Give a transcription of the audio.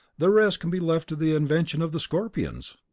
the rest can be left to the invention of the scorpions.